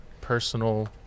personal